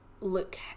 look